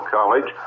College